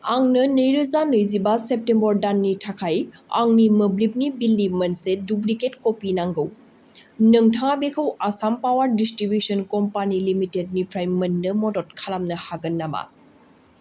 आंनो नैरोजा नैजिबा सेप्तेम्बर दाननि थाखाय आंनि मोब्लिबनि बिलनि मोनसे दुप्लिकेट कपि नांगौ नोंथाङा बेखौ आसाम पावार डिस्ट्रिबिउसन कम्पानि लिमिटेडनिफ्राय मोननो मदद खालामनो हागोन नामा